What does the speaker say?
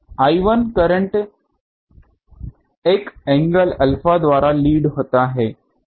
I1 current एक angle alpha द्वारा lead होता है